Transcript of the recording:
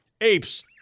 apes